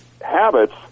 habits